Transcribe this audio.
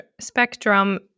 spectrum